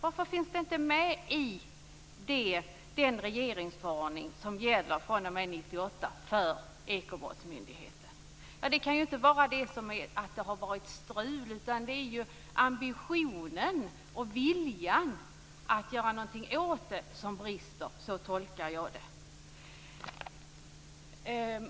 Varför finns det inte med i den regeringsförordning som gäller fr.o.m. 1998 för Ekobrottsmyndigheten? Det kan inte vara för att det har varit strul, utan det är ambitionen och viljan att göra någonting åt det här som brister. Så tolkar jag det.